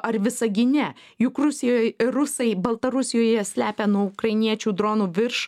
ar visagine juk rusijoj ir rusai baltarusijoje slepia nuo ukrainiečių dronų virš